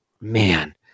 Man